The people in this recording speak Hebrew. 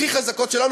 הכי חזקות שלנו,